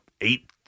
eight